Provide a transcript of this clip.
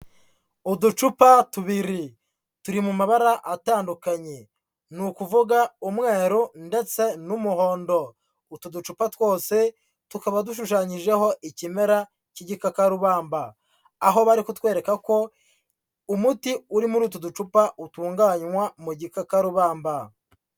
Uducupa tubiri. Turi mu mabara atandukanye. Ni ukuvuga umweru ndetse n'umuhondo. Utu ducupa twose, tukaba dushushanyijeho ikimera cy'igikakarubamba. Aho bari kutwereka ko umuti uri muri utu ducupa, utunganywa mu gikakarubamba.